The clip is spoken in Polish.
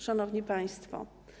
Szanowni Państwo!